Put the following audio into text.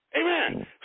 Amen